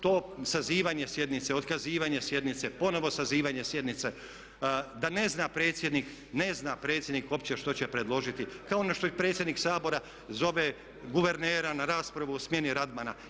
To sazivanje sjednice, otkazivanje sjednice, ponovno sazivanje sjednice, da ne zna predsjednik, ne zna predsjednik uopće što će predložiti kao ono što i predsjednik Sabora zove guvernera na raspravu o smjeni Radmana.